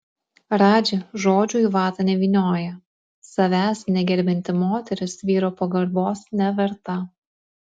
radži žodžių į vatą nevynioja savęs negerbianti moteris vyro pagarbos neverta